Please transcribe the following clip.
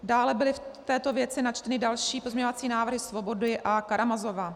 Dále byly v této věci načteny další pozměňovací návrhy Svobody a Karamazova.